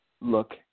look